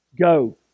go